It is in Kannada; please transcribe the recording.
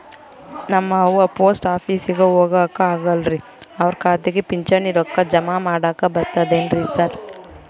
ನಮ್ ಅವ್ವ ಪೋಸ್ಟ್ ಆಫೇಸಿಗೆ ಹೋಗಾಕ ಆಗಲ್ರಿ ಅವ್ರ್ ಖಾತೆಗೆ ಪಿಂಚಣಿ ರೊಕ್ಕ ಜಮಾ ಮಾಡಾಕ ಬರ್ತಾದೇನ್ರಿ ಸಾರ್?